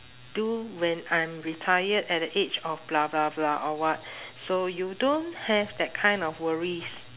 do when I'm retired at the age of or what so you don't have that kind of worries